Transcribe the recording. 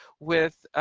with